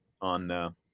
on